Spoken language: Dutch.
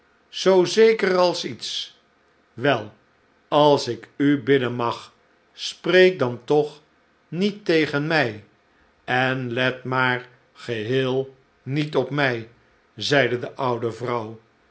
zoo zeker als iets wel als ik u bidden mag spreek dan toch niet tegen mij en let maar geheel niet op mij zeide de oude vrouw